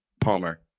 Palmer